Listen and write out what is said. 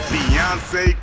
Beyonce